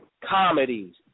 comedies